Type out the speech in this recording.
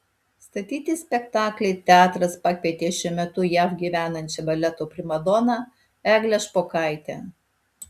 statyti spektaklį teatras pakvietė šiuo metu jav gyvenančią baleto primadoną eglę špokaitę